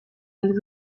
aldiz